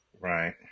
Right